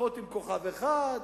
אחות עם כוכב אחד,